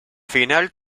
final